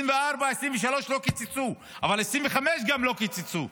מ-2024 ו-2023 לא קיצצו, אבל גם מ-2025 לא קיצצו,